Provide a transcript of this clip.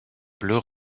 bleus